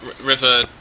River